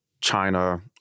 China